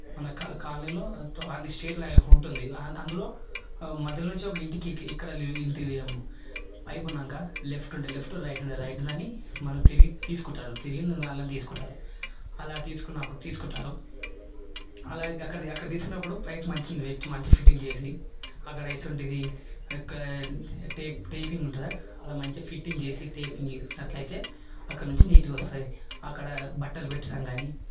మన కా కాలనీలో ఒక స్టేట్ లాగా ఉంటుంది అందులో మధ్యలో నుంచి ఒక ఇంటికి ఇక్కడ ఇంటి పైపు ఉన్నాక లెఫ్ట్ ఉంటే లెఫ్ట్ రైట్ రైట్ దాన్ని మనం తిరిగి తీసుకుంటారు తిరిగిందల్లా తీసుకుంటారు అలా తీసుకున్నప్పుడు తీసుకుంటారు అలాగా అక్కడ అక్కడ తీసుకున్నప్పుడు పైపు మంచి ఫిట్ మంచిగా ఫిట్టింగ్ చేసి అక్కడ ఇసువంటిది ఒక్క టేప్ టేపింగ్ ఉంటుంది అలా మంచి ఫిట్టింగ్ చేసి టేపింగ్ అట్లా చేసినట్లయితే అక్కడ నుంచి నీటుగా వస్తుంది అక్కడ బట్టలు పెట్టడం కాని